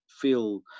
feel